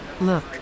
Look